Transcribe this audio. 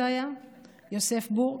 זה היה יוסף בורג?